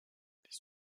les